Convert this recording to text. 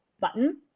button